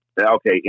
Okay